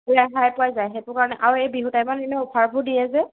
ৰেহাই পোৱা যায় সেইটো কাৰণে আৰু এই বিহু টাইমত এনে অফাৰবোৰ দিয়ে যে